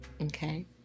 Okay